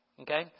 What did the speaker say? Okay